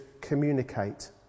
communicate